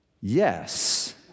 yes